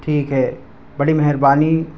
ٹھیک ہے بڑی مہربانی